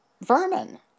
vermin